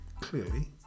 clearly